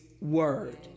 word